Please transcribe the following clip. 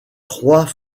trois